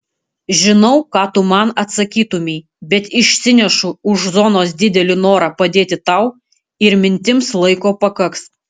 žinau ką tu man atsakytumei bet išsinešu už zonos didelį norą padėti tau ir mintims laiko pakaks